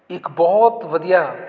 ਇੱਕ ਬਹੁਤ ਵਧੀਆ